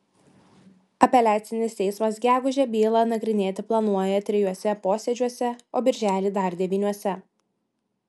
apeliacinis teismas gegužę bylą nagrinėti planuoja trijuose posėdžiuose o birželį dar devyniuose